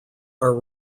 are